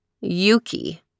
Yuki